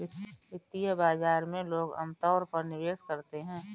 वित्तीय बाजार में लोग अमतौर पर निवेश करते हैं